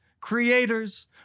creators